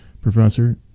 Professor